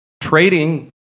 trading